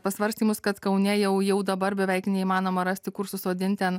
pasvarstymus kad kaune jau jau dabar beveik neįmanoma rasti kur susodint ten